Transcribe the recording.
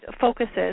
focuses